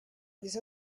les